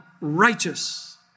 righteous